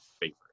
favorite